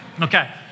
Okay